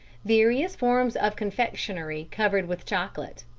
various forms of confectionery covered with chocolate,